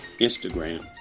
Instagram